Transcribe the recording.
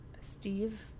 Steve